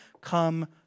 come